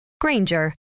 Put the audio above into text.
Granger